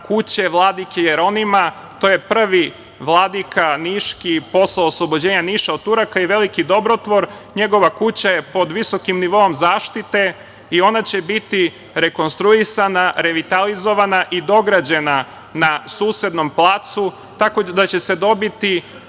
kuća vladike Jeronima. To je prvi vladika niški posle oslobođenja Niša od Turaka i veliki dobrotvor. Njegova kuća je pod visokim nivoom zaštite i ona će biti rekonstruisana, revitalizovana i dograđena na susednom placu, tako da će se dobiti